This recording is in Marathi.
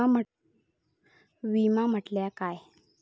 विमा म्हटल्या काय?